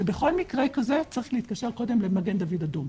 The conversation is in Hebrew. שבכל מקרה כזה צריך להתקשר קודם כל למגן דוד אדום.